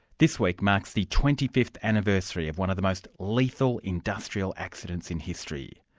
this week marks the twenty fifth anniversary of one of the most lethal industrial accidents in history,